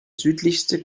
südlichste